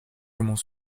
comment